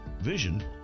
vision